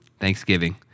Thanksgiving